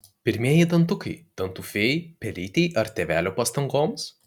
pirmieji dantukai dantų fėjai pelytei ar tėvelių pastangoms